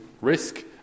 risk